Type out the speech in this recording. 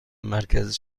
مرکز